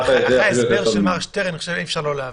אחרי ההסבר של מר שטרן אי-אפשר שלא להבין.